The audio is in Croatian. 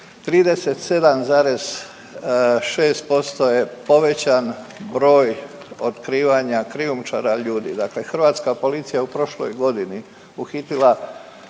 37,6% je povećan broj otkrivanja krijumčara ljudi, dakle hrvatska policija je u prošloj godini uhitila